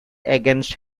against